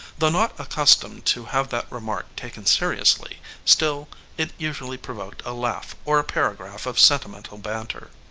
though not accustomed to have that remark taken seriously, still it usually provoked a laugh or a paragraph of sentimental banter.